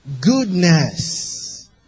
Goodness